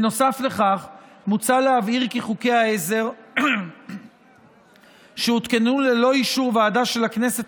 נוסף לכך מוצע להבהיר כי חוקי העזר שהותקנו ללא אישור ועדה של הכנסת